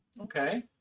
Okay